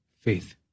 faith